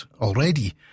already